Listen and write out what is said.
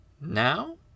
Now